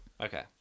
Okay